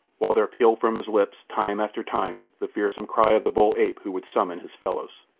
while there pealed from his lips, time after time, the fearsome cry of the bull-ape who would summon his fellows.